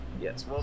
yes